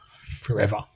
forever